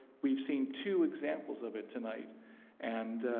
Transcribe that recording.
we've seen two examples of it tonight and